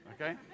Okay